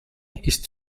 ist